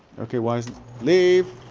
okay, why is it leave!